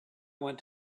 want